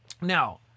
now